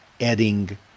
adding